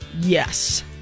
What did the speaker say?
Yes